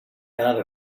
out